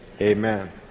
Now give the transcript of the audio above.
amen